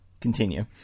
Continue